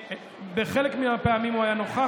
בחלק מהפעמים הוא היה נוכח,